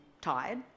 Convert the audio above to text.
tired